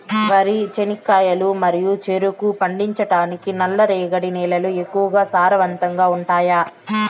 వరి, చెనక్కాయలు మరియు చెరుకు పండించటానికి నల్లరేగడి నేలలు ఎక్కువగా సారవంతంగా ఉంటాయా?